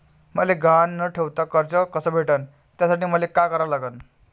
मले गहान न ठेवता कर्ज कस भेटन त्यासाठी मले का करा लागन?